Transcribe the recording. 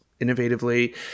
innovatively